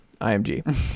IMG